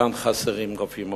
כאן חסרים רופאים מומחים,